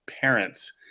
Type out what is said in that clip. parents